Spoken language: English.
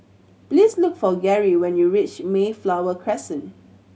please look for Garey when you reach Mayflower Crescent